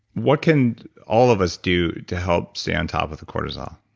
what can all of us do to help stay on top with the cortisol?